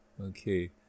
Okay